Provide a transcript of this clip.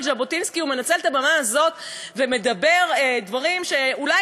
ז'בוטינסקי ומנצל את הבמה הזאת ומדבר דברים שאולי